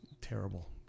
terrible